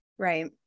Right